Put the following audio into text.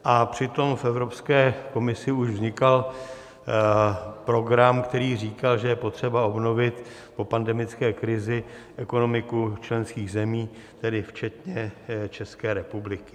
A přitom v Evropské komisi už vznikal program, který říkal, že je potřeba obnovit po pandemické krizi ekonomiku členských zemí, tedy včetně České republiky.